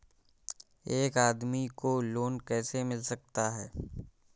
एक आदमी को लोन कैसे मिल सकता है?